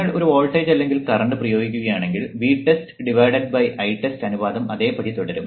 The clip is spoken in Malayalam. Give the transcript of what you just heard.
നിങ്ങൾ ഒരു വോൾട്ടേജ് അല്ലെങ്കിൽ കറന്റ് പ്രയോഗിക്കുകയാണെങ്കിൽ Vtest Itest അനുപാതം അതേപടി തുടരും